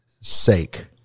sake